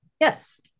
Yes